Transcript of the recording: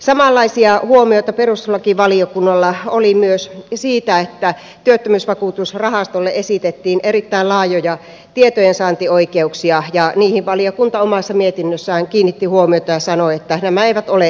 samanlaisia huomioita perustuslakivaliokunnalla oli myös siitä että työttömyysvakuutusrahastolle esitettiin erittäin laajoja tietojensaantioikeuksia ja niihin valiokunta omassa mietinnössään kiinnitti huomiota ja sanoi että nämä eivät ole mahdollisia